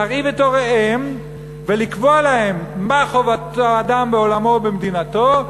להרעיב את הוריהם ולקבוע להם מה חובת האדם בעולמו ובמדינתו,